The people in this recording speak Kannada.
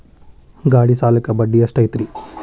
ಗಾಡಿ ಸಾಲಕ್ಕ ಬಡ್ಡಿ ಎಷ್ಟೈತ್ರಿ?